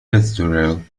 estoril